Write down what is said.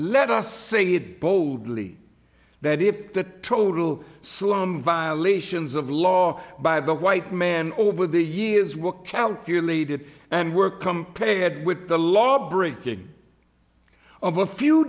let us say it boldly that if the total slum violations of law by the white man over the years were calculated and work come prepared with the law breaking of a few